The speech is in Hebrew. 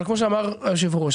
אבל כמו שאמר יושב הראש,